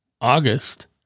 August